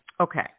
Okay